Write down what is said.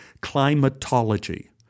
climatology